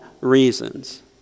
reasons